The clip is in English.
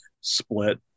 split